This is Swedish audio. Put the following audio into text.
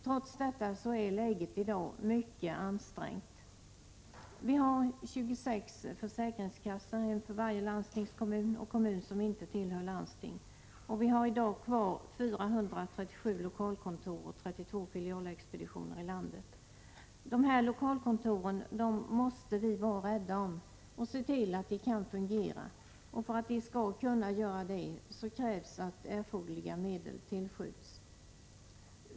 Trots detta är läget i dag mycket ansträngt. Vi har 26 försäkringskassor — en för varje landstingskommun och kommun som inte tillhör landsting. Och vi har i dag kvar 437 lokalkontor och 32 filialexpeditioner i landet. Dessa lokalkontor måste vi vara rädda om och se till att de kan fungera. För att de skall kunna göra det krävs att erforderliga medel tillskjuts.